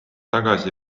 tagasi